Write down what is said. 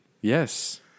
Yes